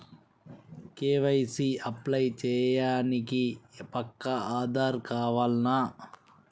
KYC apply చేయనీకి పక్కా ఆధార్ కావాల్నా?